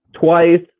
twice